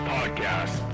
Podcast